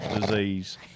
disease